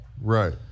Right